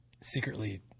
Secretly